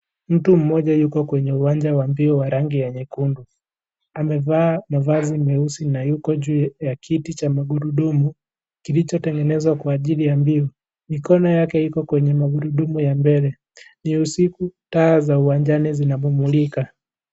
Mtu mmoja yuko kwenye uwanja wa mbio wa rangi ya nyekundu. Amevaa mavazi meusi na yuko juu ya kiti cha magurudumu, kilichotengenezwa kwa ajili ya mbio. Mikono yake, iko kwenye magurudumu ya mbele ,ni usiku, taa za uwanjani zinapomulika.